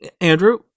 Andrew